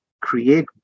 create